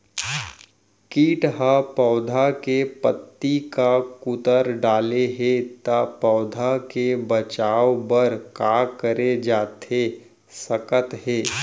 किट ह पौधा के पत्ती का कुतर डाले हे ता पौधा के बचाओ बर का करे जाथे सकत हे?